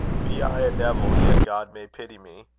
be i a devil, yet god may pity me.